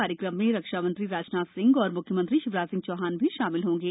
कार्यक्रम में रक्षा मंत्री राजनाथ सिंह और मुख्यमंत्री शिवराज सिंह चौहान भी शामिल होंगे